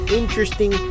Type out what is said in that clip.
interesting